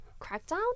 crackdown